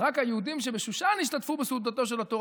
אז רק היהודים שבשושן השתתפו בסעודתו של אותו רשע,